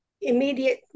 immediate